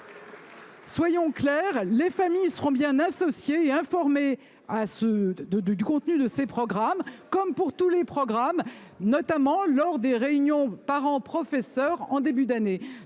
soyons clairs, les familles seront bien associées, informées du contenu de ces programmes comme de tous les autres, notamment lors des réunions parents professeurs de début d’année.